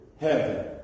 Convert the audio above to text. heaven